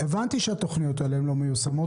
הבנתי שהתוכניות האלה לא מיושמות.